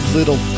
Little